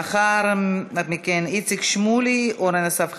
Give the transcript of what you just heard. לאחר מכן, איציק שמולי, אורן אסף חזן,